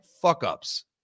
fuck-ups